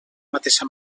mateixa